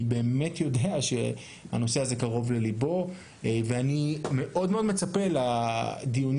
באמת יודע שהנושא הזה קרוב לליבו ואני מאוד מצפה לדיונים